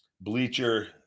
bleacher